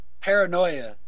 Paranoia